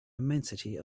immensity